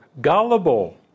gullible